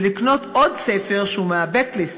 ולקנות עוד ספר שהוא מה-ב' list,